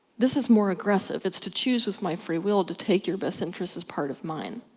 this is more aggressive. it's to choose with my free will to take your best interests as part of mine.